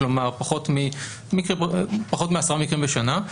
כלומר פחות מעשרה מקרים בשנה,